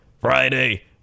Friday